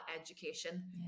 education